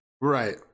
Right